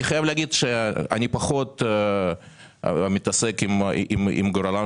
אני חייב להגיד שאני פחות מתעסק עם גורלן